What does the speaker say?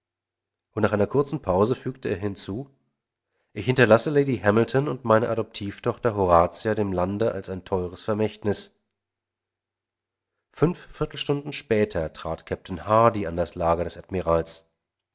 und nach einer kurzen pause fügte er hinzu ich hinterlasse lady hamilton und meine adoptiv tochter horatia dem lande als ein teures vermächtnis fünf viertel stunden später trat kapitän hardy an das lager des admirals